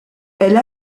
elle